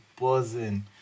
buzzing